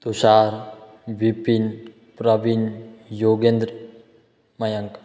Tushar Vipin Praveen Yogendra Mayank